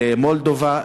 למולדובה,